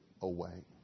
away